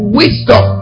wisdom